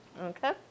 okay